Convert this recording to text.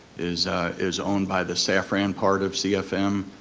is is owned by the safran part of cfm.